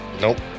Nope